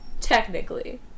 Technically